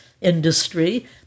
industry